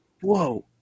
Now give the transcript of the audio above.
Whoa